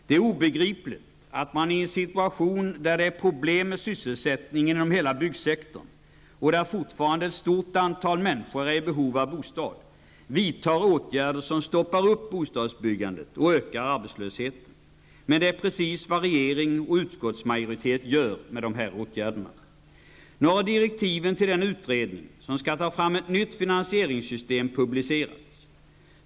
Det är obegripligt att man i en situation, där det är problem med sysselsättningen inom hela byggsektorn och där fortfarande ett stort antal människor är behov av bostad, vidtar åtgärder som stoppar bostadsbyggandet och ökar arbetslösheten. Men det är precis vad regering och utskottsmajoritet gör med dessa åtgärder. Nu har direktiven till en utredning som skall ta fram ett nytt finansieringssystem publicerats.